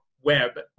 web